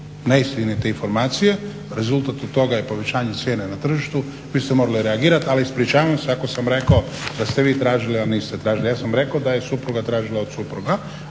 neistinite informacije rezultat od toga je povećanje cijene na tržištu. Vi ste morali reagirati, ali ispričavam se ako sam rekao da ste vi tražili a niste tražili. Ja sam rekao da je supruga tražila od supruga,